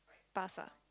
pass ah